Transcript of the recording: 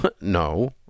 No